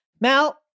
Mal